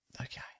Okay